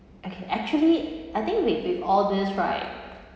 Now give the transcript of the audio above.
okay actually I think with with all these right